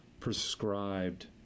prescribed